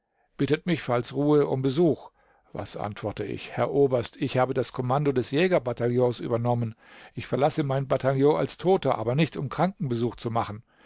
bittet mich falls ruhe um besuch was antworte ich herr oberst ich habe das kommando des jägerbataillons übernommen ich verlasse mein bataillon als toter aber nicht um krankenbesuch zu machen